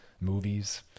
movies